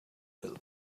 hill